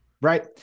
right